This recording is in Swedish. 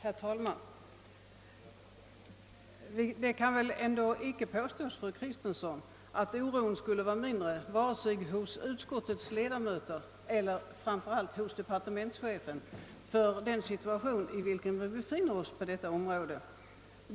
Herr talman! Det kan väl ändå inte påstås, fru Kristensson, att oron skulle vara mindre hos utskottets ledamöter eller framför allt hos departementschefen med anledning av den situation i vilken vi befinner oss på detta område.